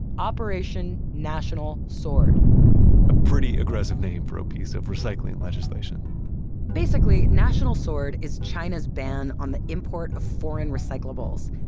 operation national sword a pretty aggressive name for a piece of recycling legislation basically, national sword is china's ban on the import of foreign recyclables.